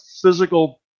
physical